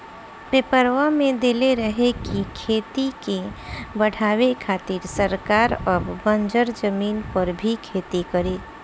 पेपरवा में देले रहे की खेती के बढ़ावे खातिर सरकार अब बंजर जमीन पर भी खेती करी